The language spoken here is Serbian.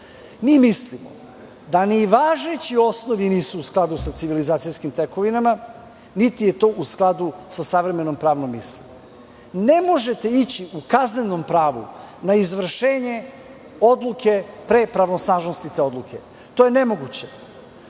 Mi mislimo, da ni važeći osnovi nisu u skladu sa civilizacijskim tekovinama niti je to u skladu sa savremenom pravnom misli. Ne možete ići u kaznenom pravu na izvršenje odluke pre pravosnažnosti te odluke. To je nemoguće.